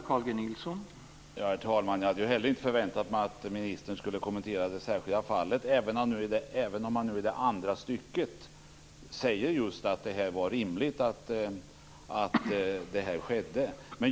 Herr talman! Jag hade inte heller förväntat mig att ministern skulle kommentera det särskilda fallet, även om han nu i det andra stycket säger just att det var rimligt att det här skedde.